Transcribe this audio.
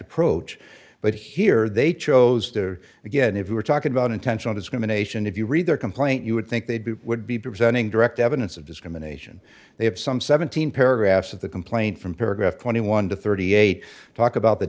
approach but here they chose again if you were talking about intentional discrimination if you read their complaint you would think they'd be would be presenting direct evidence of discrimination they have some seventeen paragraphs of the complaint from paragraph twenty one dollars to thirty eight dollars talk about the